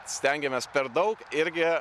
stengiamės per daug irgi